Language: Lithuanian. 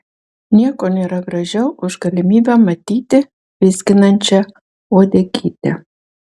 nieko nėra gražiau už galimybę matyti vizginančią uodegytę